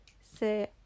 Say